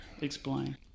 Explain